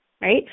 right